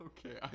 Okay